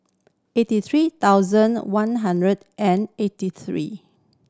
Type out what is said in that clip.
eighty three thousand one hundred and eighty three